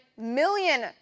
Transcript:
million